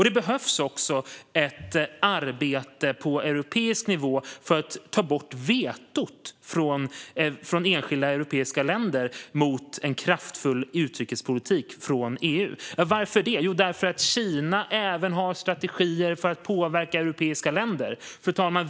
Det behövs också ett arbete på europeisk nivå för att ta bort vetot från enskilda europeiska länder mot en kraftfull utrikespolitik från EU. Och varför det? Jo, därför att Kina även har strategier för att påverka europeiska länder. Fru talman!